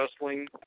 Wrestling